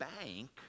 bank